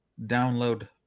download